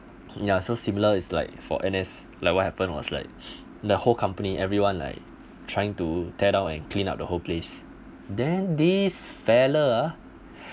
ya so similar is like for N_S like what happened was like the whole company everyone like trying to tear down and clean up the whole place then this fella ah